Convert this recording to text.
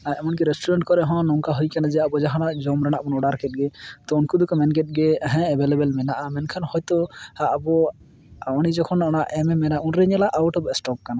ᱟᱨ ᱮᱢᱚᱱᱠᱤ ᱨᱮᱥᱴᱩᱨᱮᱱᱴ ᱠᱚᱨᱮᱦᱚᱸ ᱱᱚᱝᱠᱟ ᱦᱩᱭ ᱠᱟᱱᱟ ᱡᱮ ᱟᱵᱚ ᱡᱟᱦᱟᱱᱟᱜ ᱡᱚᱢ ᱨᱮᱱᱟᱜ ᱵᱚᱱ ᱚᱰᱟᱨ ᱠᱮᱫᱜᱮ ᱛᱚ ᱩᱱᱩᱩ ᱫᱚᱠᱚ ᱢᱮᱱᱠᱮᱫ ᱜᱮ ᱦᱮᱸ ᱮᱵᱮᱞᱮᱵᱮᱞ ᱢᱮᱱᱟᱜᱼᱟ ᱢᱮᱱᱠᱷᱟᱱ ᱦᱚᱭᱛᱚ ᱟᱵᱚ ᱩᱱᱤ ᱡᱚᱠᱷᱚᱱ ᱚᱱᱟ ᱮᱢ ᱮ ᱢᱮᱱᱟ ᱩᱱᱨᱮ ᱧᱮᱞᱟ ᱟᱣᱩᱴ ᱚᱯᱷ ᱥᱴᱚᱠ ᱠᱟᱱᱟ